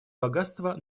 богатства